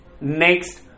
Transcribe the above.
next